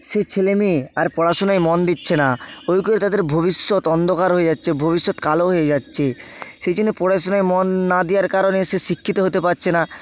সে ছেলে মেয়ে আর পড়াশুনায় মন দিচ্ছে না কেউ কেউ তাদের ভবিষ্যৎ অন্ধকার হয়ে যাচ্ছ ভবিষ্যৎ কালো হয়ে যাচ্ছে সেই জন্য পড়াশোনায় মন না দেওয়ার কারণে সে শিক্ষিত হতে পাচ্ছে না